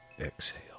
exhale